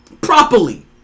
Properly